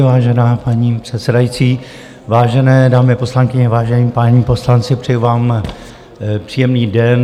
Vážená paní předsedající, vážené dámy poslankyně, vážení páni poslanci, přeji vám příjemný den.